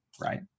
right